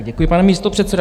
Děkuji, pane místopředsedo.